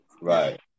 right